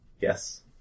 Yes